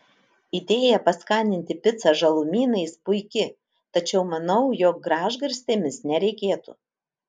idėja paskaninti picą žalumynais puiki tačiau manau jog gražgarstėmis nereikėtų